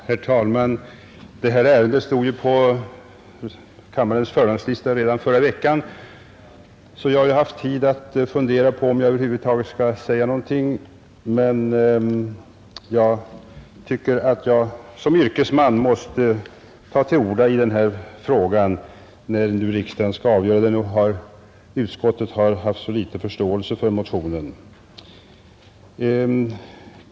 Herr talman! Detta ärende stod ju på kammarens föredragningslista redan förra veckan. Jag har alltså haft tid på mig att fundera om jag över huvud taget skulle säga något, men jag tycker att jag som yrkesman måste ta till orda i denna fråga, när nu utskottet haft så litet förståelse för motionen.